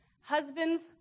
Husbands